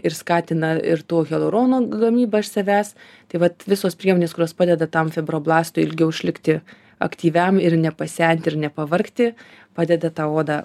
ir skatina ir tų hialuronų gamybą iš savęs tai vat visos priemonės kurios padeda tam fibroblastui ilgiau išlikti aktyviam ir nepasent ir nepavargti padeda tą odą